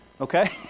Okay